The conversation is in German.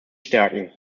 stärken